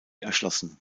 erschlossen